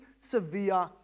severe